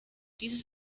dieses